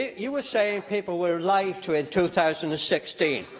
you were saying people were lied to in two thousand and sixteen.